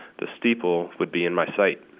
the steeple would be in my sight.